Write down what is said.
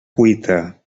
cuita